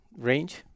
range